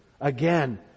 again